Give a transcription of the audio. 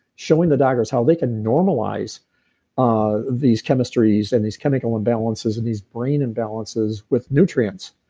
showing the doctors how they can normalize ah these chemistries and these chemical imbalances and these brain imbalances with nutrients.